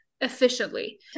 efficiently